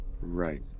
right